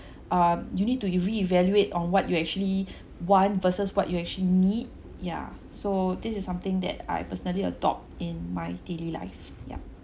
uh you need to reevaluate on what you actually want versus what you actually need yeah so this is something that I personally adopt in my daily life yup